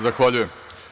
Zahvaljujem.